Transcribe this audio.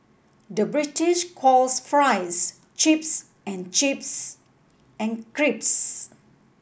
the British calls fries chips and chips and crisps